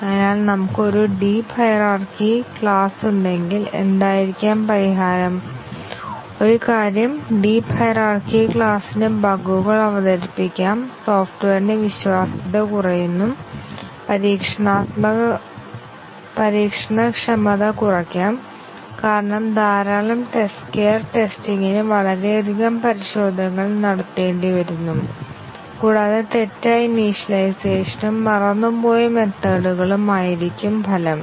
അതിനാൽ നമുക്ക് ഒരു ഡീപ് ഹയിരാർക്കി ക്ലാസ്സ് ഉണ്ടെങ്കിൽ എന്തായിരിക്കാം പരിഹാരം ഒരു കാര്യം ഡീപ് ഹയിരാർക്കി ക്ലാസ്സ് നു ബഗുകൾ അവതരിപ്പിക്കാം സോഫ്റ്റ്വെയറിന്റെ വിശ്വാസ്യത കുറയുന്നു പരീക്ഷണക്ഷമത കുറയ്ക്കാം കാരണം ധാരാളം ടെസ്റ്റ് കെയർ ടെസ്റ്റിംഗിന് വളരെയധികം പരിശോധനകൾ നടത്തണ്ടി വരുന്നു കൂടാതെ തെറ്റായ ഇനീഷ്യലൈസേഷനും മറന്നുപോയ മെത്തേഡ്കളും ആയിരിക്കും ഫലം